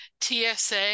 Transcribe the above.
TSA